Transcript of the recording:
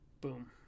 Boom